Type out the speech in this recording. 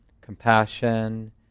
Compassion